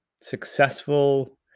successful